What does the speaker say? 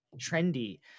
trendy